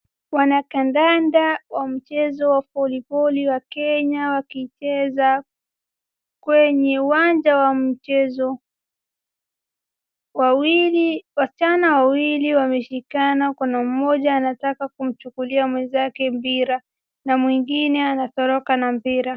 Wanakandanda wa mchezo wa Volleyball wa Kenya wakicheza kwenye uwanja wa mchezo. Wasichana wawili wameshikana, kuna mmoja anataka kumchukulia mwenzake mpira na mwengine anatoroka na mpira.